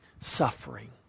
suffering